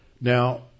Now